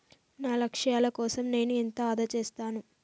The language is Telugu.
నా లక్ష్యాల కోసం నేను ఎంత ఆదా చేస్తాను?